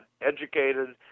educated